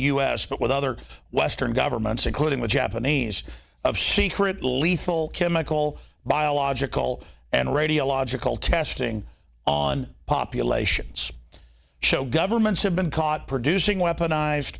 s but with other western governments including with japanese of she crit lethal chemical biological and radiological testing on populations show governments have been caught producing weapon